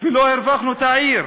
ולא הרווחנו את העיר.